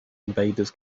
invaders